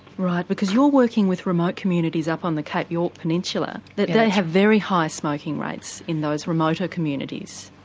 right because you're working with remote communities up on the cape york peninsular, they have very high smoking rates in those more remote ah communities?